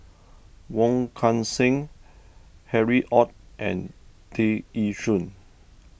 Wong Kan Seng Harry Ord and Tear Ee Soon